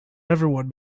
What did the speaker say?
everyone